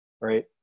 Right